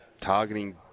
targeting